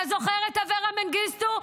אתה זוכר את אברה מנגיסטו?